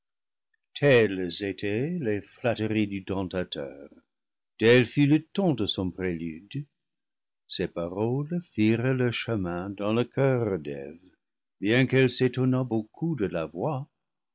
telles étaient les flatteries du tentateur tel fut le ton de son prélude ses paroles firent leur chemin dans le coeur d'eve bien qu'elle s'étonnât beaucoup de la voix